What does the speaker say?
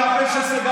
אשכנזים,